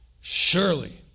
Surely